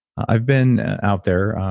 i've been out there,